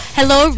Hello